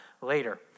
later